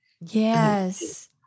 yes